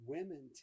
Women